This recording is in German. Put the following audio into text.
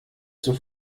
zur